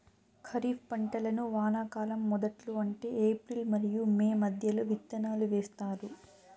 ఖరీఫ్ పంటలను వానాకాలం మొదట్లో అంటే ఏప్రిల్ మరియు మే మధ్యలో విత్తనాలు వేస్తారు